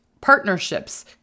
partnerships